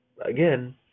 again